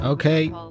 Okay